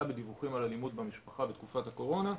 בדיווחים על אלימות במשפחה בתקופת הקורונה,